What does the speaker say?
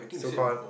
so call